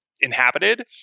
inhabited